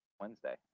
Wednesday